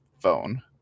phone